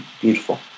beautiful